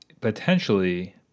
potentially